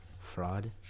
Fraud